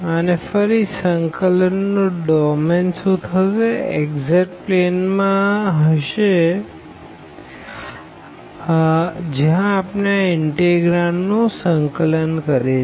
અને ફરી સંકલન નું ડોમેન xz પ્લેન માં હશે જ્યાં આપણે આ ઇનટેગ્રાંડનું સંકલન કરીએ છે